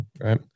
right